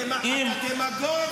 אתה דמגוג עלוב, ולא יעזור לך כלום.